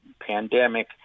pandemic